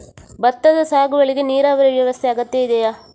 ಭತ್ತದ ಸಾಗುವಳಿಗೆ ನೀರಾವರಿ ವ್ಯವಸ್ಥೆ ಅಗತ್ಯ ಇದೆಯಾ?